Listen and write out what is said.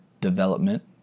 development